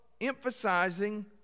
emphasizing